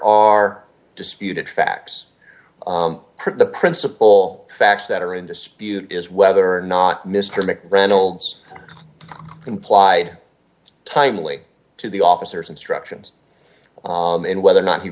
are disputed facts on the principal facts that are in dispute is whether or not mr mick reynolds complied timely to the officers instructions on in whether or not he